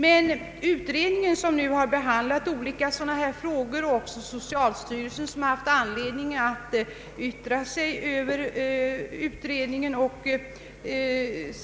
Men utredningen som nu har behandlat olika hithörande frågor och socialstyrelsen som haft anledning yttra sig över utredningen och